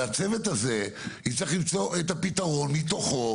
והצוות הזה יצטרך למצוא את הפתרון מתוכו